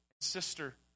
sister